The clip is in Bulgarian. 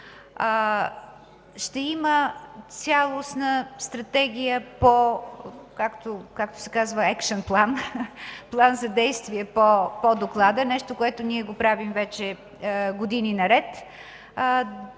Ще има цялостна стратегия по, както се казва „екшън план” – план за действие по доклада, нещо, което ние правим вече години наред.